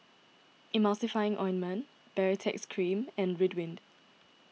Emulsying Ointment Baritex Cream and Ridwind